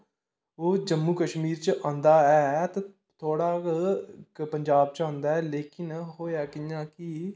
ओह् जम्मू कशमीर च आंदा ऐ थोह्ड़ा पंजाब च आंदा ऐ लेकिन होआ कि'यां कि